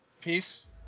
Peace